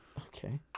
Okay